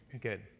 Good